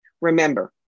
remember